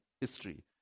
history